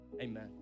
amen